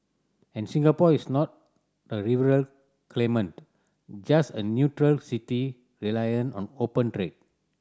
and Singapore is not a rival claimant just a neutral city reliant on open trade